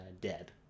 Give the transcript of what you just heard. dead